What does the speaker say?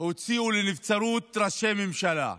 הוציאו לנבצרות ראשי ממשלה.